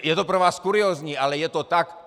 Je to pro vás kuriózní, ale je to tak.